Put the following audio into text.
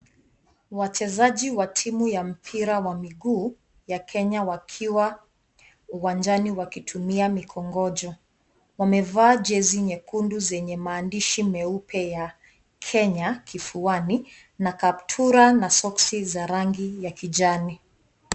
Wachezaji wa timu wa mpira wa miguu ya Kenya wakiwa uwanjani wakitumia mikongojo, wamevaa jezi nyekundu zenye maandishi meupe ya Kenya kifuani na kaptura na soksi za rangi ya kijani.